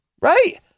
Right